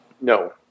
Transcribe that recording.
no